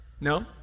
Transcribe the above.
No